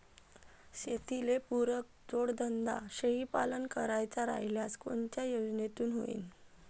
शेतीले पुरक जोडधंदा शेळीपालन करायचा राह्यल्यास कोनच्या योजनेतून होईन?